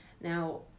Now